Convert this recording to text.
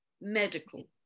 medical